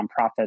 nonprofits